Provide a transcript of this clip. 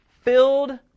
filled